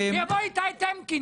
שיבוא איתי טמקין,